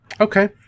Okay